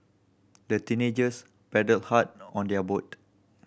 the teenagers paddled hard on their boat